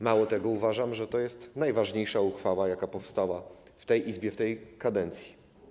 Mało tego, uważam, że to jest najważniejsza ustawa, jaka powstała w tej Izbie w tej kadencji.